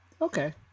Okay